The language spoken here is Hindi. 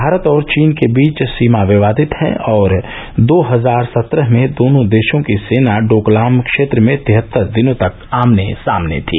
भारत और चीन के बीच सीमा विवादित हैं और दो हजार सत्रह में दोनों देशों की सेना डोकलाम क्षेत्र में तिहत्तर दिनों तक आमने सामने थी